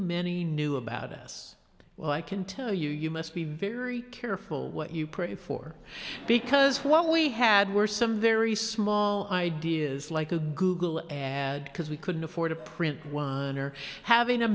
many knew about us well i can tell you you must be very careful what you pray for because what we had were some very small ideas like a google ad because we couldn't afford a print wine or having a